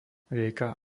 rieka